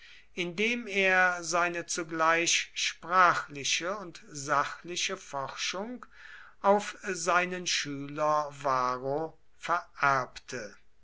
indem er seine zugleich sprachliche und sachliche forschung auf seinen schüler varro vererbte